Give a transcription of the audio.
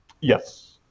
Yes